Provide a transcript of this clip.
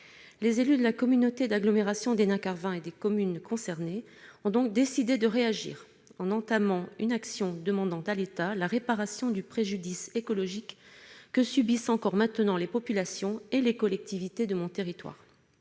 Les élus de la communauté d'agglomération d'Hénin-Carvin et ceux des communes concernées ont donc décidé de réagir, en entamant une action demandant à l'État la réparation du préjudice écologique que subissent encore les populations et les collectivités du territoire